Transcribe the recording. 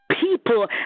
People